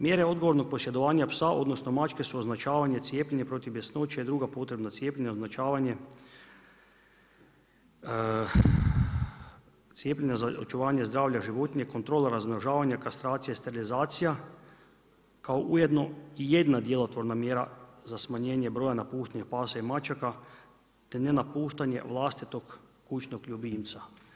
Mjere odgovornog posjedovanja psa odnosno mačke su označavanje i cijepljenje protiv bjesnoće i druga potrebna cijepljenja, označavanje cijepljenja za očuvanje zdravlja životinja i kontrola razmnožavanja, kastracija i sterilizacija kao ujedno i jedna djelotvorna mjera za smanjenje broja napuštenih pasa i mačaka te nenapuštanje vlastitog kućnog ljubimca.